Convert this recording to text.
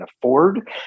afford